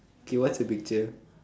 okay what's the picture